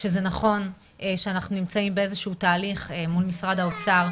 שזה נכון שאנחנו נמצאים באיזה שהוא תהליך מול משרד האוצר,